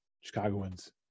Chicagoans